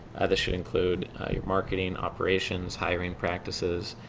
this should include your marketing, operations, hiring practices,